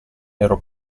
ero